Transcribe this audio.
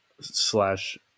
slash